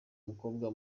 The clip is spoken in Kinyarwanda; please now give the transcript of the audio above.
mukobwa